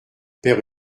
père